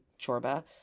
Chorba